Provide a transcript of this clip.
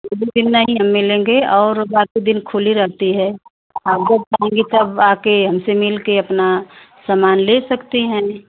नहीं हम मिलेंगे और बाकी दिन खुली रहती है आप आएँगी तब आकर हमसे मिल के अपना सामान ले सकती हैं